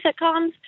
sitcoms